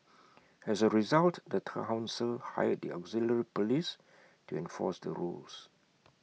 as A result the Town Council hired the auxiliary Police to enforce the rules